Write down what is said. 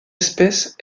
espèce